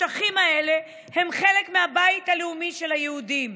השטחים האלה הם חלק מהבית הלאומי של היהודים.